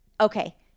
Okay